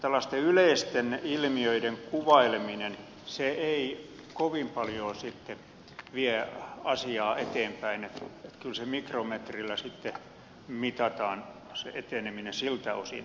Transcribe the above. tällaisten yleisten ilmiöiden kuvaileminen ei kovin paljon sitten vie asiaa eteenpäin vaan kyllä se mikrometrillä sitten mitataan se eteneminen siltä osin